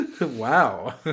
Wow